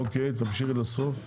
אוקיי תמשיכי לסוף.